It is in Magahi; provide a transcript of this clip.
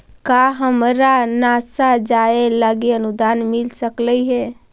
का हमरा नासा जाये लागी अनुदान मिल सकलई हे?